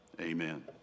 Amen